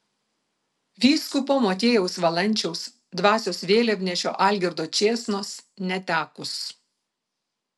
vyskupo motiejaus valančiaus dvasios vėliavnešio algirdo čėsnos netekus